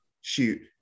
shoot